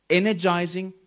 energizing